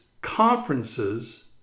conferences